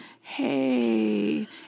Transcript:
Hey